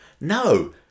No